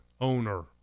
owner